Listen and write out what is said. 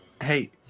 Hey